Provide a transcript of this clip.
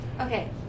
Okay